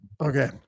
Okay